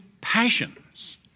passions